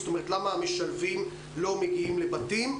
למה המשלבים לא מגיעים לבתים?